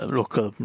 local